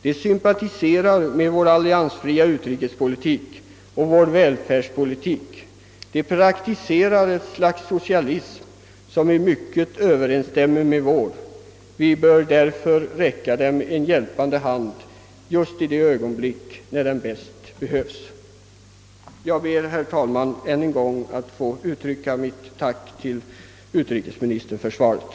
De sympatiserar med vår alliansfria utrikespolitik och vår välfärdspolitik. De praktiserar ett slags socialism som i mycket överensstämmer med den svenska. Vi bör därför räcka dem en hjälpande hand just i det ögonblick då den bäst behövs. Jag ber, herr talman, än en gång att få uttrycka mitt tack till utrikesministern för svaret.